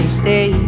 stay